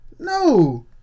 No